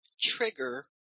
trigger